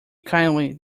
kindly